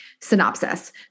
Synopsis